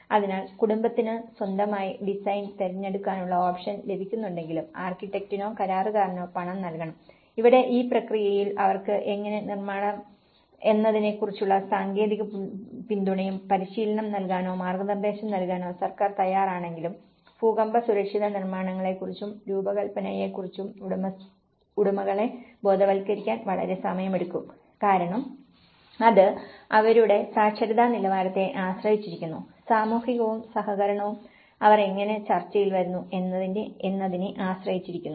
അതിനാൽ കുടുംബത്തിന് സ്വന്തമായി ഡിസൈൻ തിരഞ്ഞെടുക്കാനുള്ള ഓപ്ഷൻ ലഭിക്കുന്നുണ്ടെങ്കിലും ആർക്കിടെക്റ്റിനോ കരാറുകാരനോ പണം നൽകണം ഇവിടെ ഈ പ്രക്രിയയിൽ അവർക്ക് എങ്ങനെ നിർമ്മിക്കാമെന്നതിനെക്കുറിച്ചുള്ള സാങ്കേതിക പിന്തുണയും പരിശീലനം നൽകാനോ മാർഗ്ഗനിർദ്ദേശം നൽകാനോ സർക്കാർ തയ്യാറാണെങ്കിലും ഭൂകമ്പ സുരക്ഷിത നിർമ്മാണങ്ങളെക്കുറിച്ചും രൂപകൽപ്പനയെക്കുറിച്ചും ഉടമകളെ ബോധവൽക്കരിക്കാൻ വളരെ സമയമെടുക്കും കാരണം അത് അവരുടെ സാക്ഷരതാ നിലവാരത്തെ ആശ്രയിച്ചിരിക്കുന്നു സാമൂഹികവും സഹകരണവും അവർ എങ്ങനെ ചർച്ചയിൽ വരുന്നു എന്നതിനെ ആശ്രയിച്ചിരിക്കുന്നു